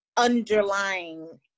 underlying